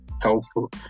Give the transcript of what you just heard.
helpful